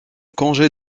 congé